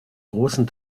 großen